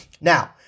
Now